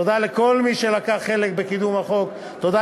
תודה לכל מי שלקח חלק בקידום החוק: תודה